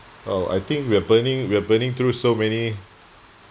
oh I think we are burning we are burning through so many